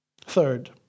Third